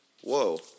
Whoa